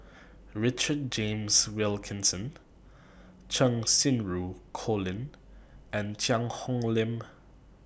Richard James Wilkinson Cheng Xinru Colin and Cheang Hong Lim